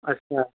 अछा